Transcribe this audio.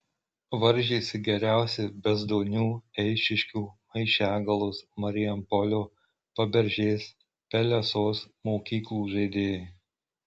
varžėsi geriausi bezdonių eišiškių maišiagalos marijampolio paberžės pelesos mokyklų žaidėjai